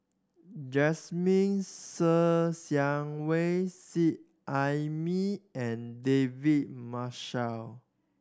Jasmine Ser Xiang Wei Seet Ai Mee and David Marshall